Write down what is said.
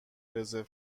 رزرو